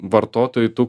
vartotojų tų